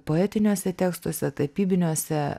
poetiniuose tekstuose tapybiniuose